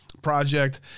Project